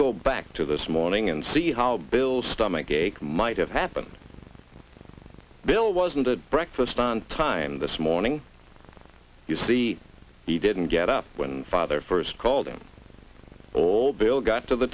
go back to this morning and see how bill's stomach ache might have happened bill wasn't to breakfast on time this morning you see he didn't get up when father first called him old bill got to the